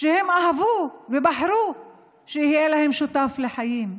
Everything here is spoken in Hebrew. שהן אהבו ובחרו שיהיה להן שותף לחיים.